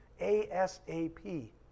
A-S-A-P